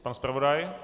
Pan zpravodaj?